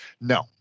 No